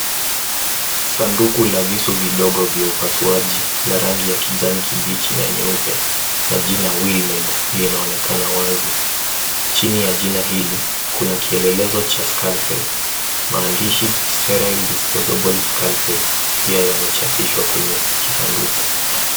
Sanduku la visu vidogo vya upasuaji na rangi ya kijani kibichi na nyeupe na jina Wilmed linaonekana wazi. Chini ya jina hili kuna kielelezo cha Scalpel maandishi sterile disposable Scalpel pia yamechabishwa kenye kisaduku.